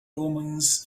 omens